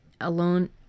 Alone